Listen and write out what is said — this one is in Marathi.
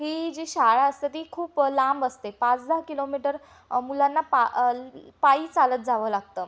ही जी शाळा असते ती खूप लांब असते पाच दहा किलोमीटर मुलांना पा ल पायी चालत जावं लागतं